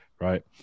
right